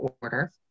order